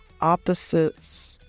opposites